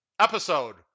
episode